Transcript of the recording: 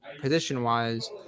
position-wise